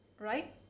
right